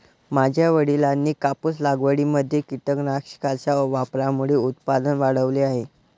माझ्या वडिलांनी कापूस लागवडीमध्ये कीटकनाशकांच्या वापरामुळे उत्पादन वाढवले आहे